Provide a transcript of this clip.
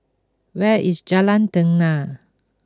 where is Jalan Tenang